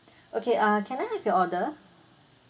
okay err can I have your order